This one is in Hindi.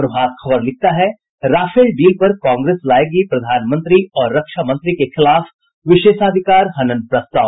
प्रभात खबर लिखता है राफेल डील पर कांग्रेस लायेगी प्रधानमंत्री और रक्षा मंत्री के खिलाफ विशेषाधिकार हनन प्रस्ताव